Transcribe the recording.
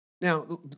Now